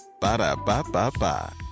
Ba-da-ba-ba-ba